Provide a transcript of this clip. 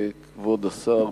כבוד השר,